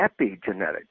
epigenetic